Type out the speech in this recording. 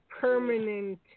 permanent